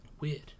Weird